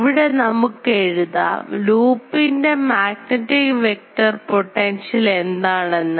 ഇവിടെ നമുക്ക് എഴുതാം ലൂപ്പ്ൻറെ മാഗ്നെറ്റിക് വെക്റ്റർ പൊട്ടൻഷ്യൽ എന്താണെന്ന്